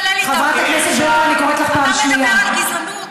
חברת הכנסת ברקו, אני קוראת אותך לסדר פעם ראשונה.